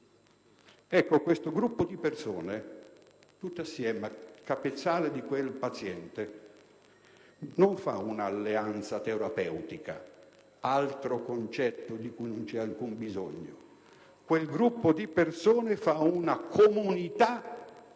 medico. Questo gruppo di persone, tutte assieme al capezzale di quel paziente, non fanno un'alleanza terapeutica ‑ altro concetto di cui non c'è alcun bisogno ‑, quel gruppo di persone fa una comunità solidale;